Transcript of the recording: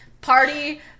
Party